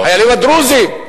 החיילים הדרוזים,